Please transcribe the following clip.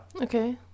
Okay